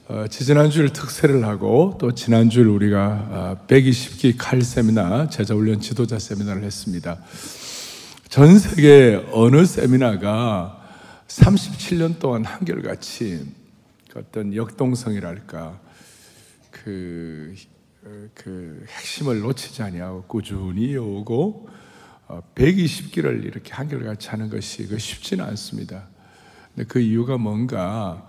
어, 지지난주일 특세를 하고 또 지난주일 우리가, 아, 120기 칼 세미나, 제자훈련 지도자 세미나를 했습니다. 전 세계 어느 세미나가 37년 동안 한결같이 어떤 역동성이랄까, 그, 어, 그 핵심을 놓치지 아니하고 꾸준히 이어오고, 어, 120기를 이렇게 한결같이 하는 것이 그 쉽지는 않습니다. 근데 그 이유가 뭔가,